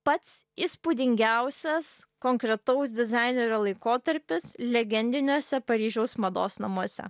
pats įspūdingiausias konkretaus dizainerio laikotarpis legendiniuose paryžiaus mados namuose